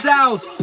South